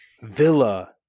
Villa